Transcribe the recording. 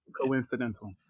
coincidental